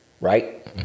right